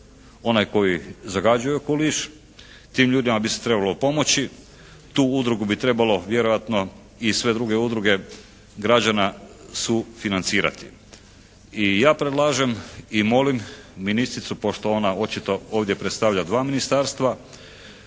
onaj koji zagađuje okoliš, tim ljudima bi se trebalo pomoći. Tu udrugu bi trebalo vjerojatno i sve druge udruge građana sufinancirati. I ja predlažem i molim ministricu pošto ona ovdje očito predstavlja dva ministarstva